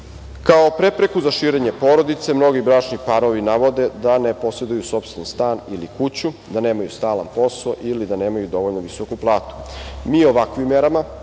prepreku za širenje porodice mnogi bračni parovi navode da ne poseduju sopstveni stan ili kuću, da nemaju stalan posao ili da nemaju dovoljno visoku platu. Mi ovakvim merama,